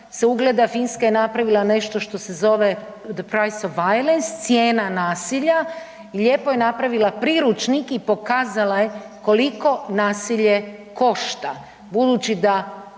se ugleda Finska je napravila nešto što se zove „The price of violence“ (cijena nasilja) i lijepo je napravila priručnik i pokazala je koliko nasilje košta. Budući da